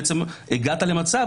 הגעת למצב